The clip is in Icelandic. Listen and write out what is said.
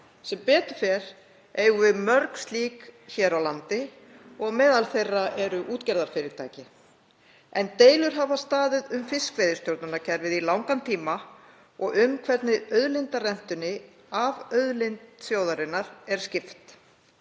Sem betur fer eigum við mörg slík hér á landi og meðal þeirra eru útgerðarfyrirtæki. En deilur hafa staðið um fiskveiðistjórnarkerfið í langan tíma og um hvernig auðlindarentunni af auðlind þjóðarinnar er skipt.